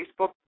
Facebook